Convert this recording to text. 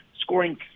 scoring